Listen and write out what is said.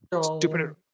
Stupid